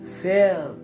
fill